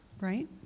right